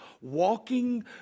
walking